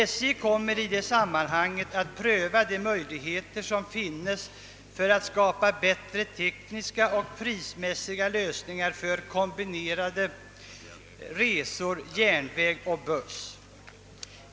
SJ kommer i detta sammanhang att pröva de möjligheter som föreligger för att skapa bättre tekniska och prismässiga lösningar för kombinerade resor järnväg—buss.